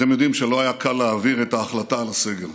אתם יודעים שלא היה קל להעביר את ההחלטה על הסגר.